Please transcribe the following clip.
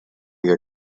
year